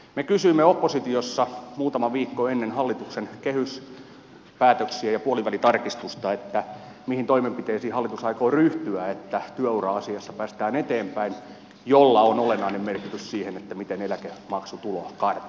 me kysyimme oppositiossa muutama viikko ennen hallituksen kehyspäätöksiä ja puolivälitarkistusta mihin toimenpiteisiin hallitus aikoo ryhtyä että työura asiassa päästään eteenpäin millä on olennainen merkitys sille miten eläkemaksutuloa karttuu